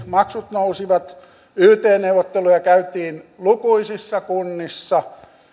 maksut nousivat yt neuvotteluja käytiin lukuisissa kunnissa